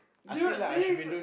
dude this